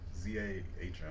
Z-A-H-M